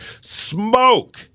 Smoke